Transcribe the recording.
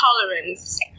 tolerance